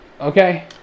Okay